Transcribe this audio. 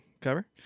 cover